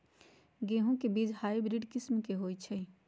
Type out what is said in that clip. गेंहू के बीज हाइब्रिड किस्म के होई छई?